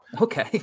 okay